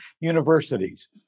universities